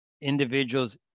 individual's